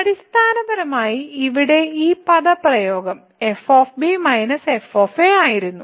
അടിസ്ഥാനപരമായി ഇവിടെ ഈ പദപ്രയോഗം f - f ആയിരുന്നു